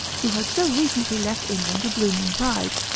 who had so recently left england a blooming bride,